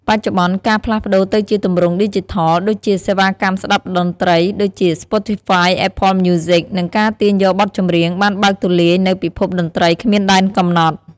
បច្ចុប្បន្ន ការផ្លាស់ប្តូរទៅជាទម្រង់ ឌីជីថល ដូចជាសេវាកម្មស្ដាប់តន្ត្រី ដូចជា Spotify, Apple Music និងការទាញយកបទចម្រៀង បានបើកទូលាយនូវពិភពតន្ត្រីគ្មានដែនកំណត់។